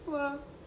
!wah!